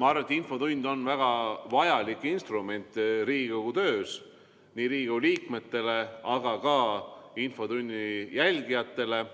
Ma arvan, et infotund on väga vajalik instrument Riigikogu töös nii Riigikogu liikmetele kui ka infotunni jälgijatele.